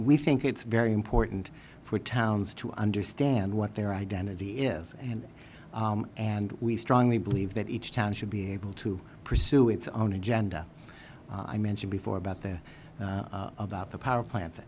we think it's very important for towns to understand what their identity is and and we strongly believe that each town should be able to pursue its own agenda i mentioned before about the about the power plants